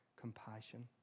compassion